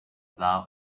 loud